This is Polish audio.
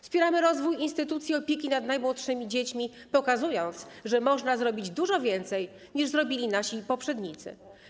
Wspieramy rozwój instytucji opieki nad najmłodszymi dziećmi, pokazując, że można zrobić dużo więcej, niż zrobili nasi poprzednicy.